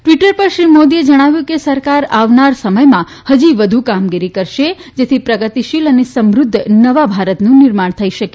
Twitter પર શ્રી મોદીએ જણાવ્યું છે કે સરકાર આવનાર સમયમાં હજી વધુ કામગીરી કરશે જેથી પ્રગતિશીલ અને સમૃદ્ધ નવા ભારતનું નિર્માણ થઇ શકે